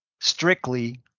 strictly